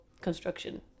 construction